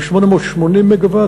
עם 880 מגה-ואט,